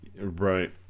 Right